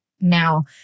Now